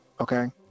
okay